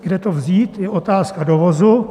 Kde to vzít, je otázka dovozu.